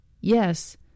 Yes